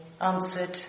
answered